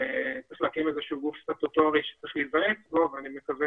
צריך להקים איזשהו גוף סטטוטורי שצריך להיוועץ בו ואני מקווה